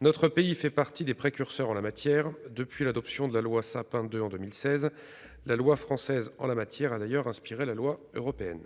notre pays fait partie des précurseurs. Depuis l'adoption de la loi Sapin II en 2016, la loi française a d'ailleurs inspiré la loi européenne.